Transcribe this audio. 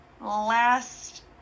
last